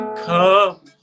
come